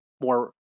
more